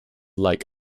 like